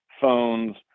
phones